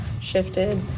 shifted